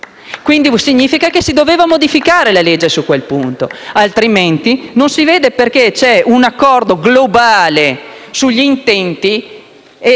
Quindi significa che si sarebbe dovuta modificare la legge su quel punto, altrimenti non si vede perché ci sia un accordo globale sugli intenti